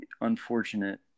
unfortunate